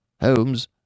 Holmes